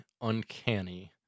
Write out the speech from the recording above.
uncanny